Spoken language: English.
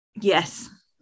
Yes